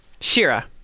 Shira